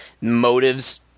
motives